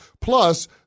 Plus